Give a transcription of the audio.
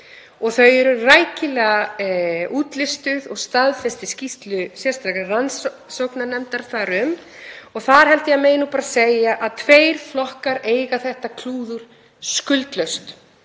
og þau eru rækilega útlistuð og staðfest í skýrslu sérstakrar rannsóknarnefndar þar um. Þar held ég að megi segja að tveir flokkar eigi þetta klúður skuldlaust,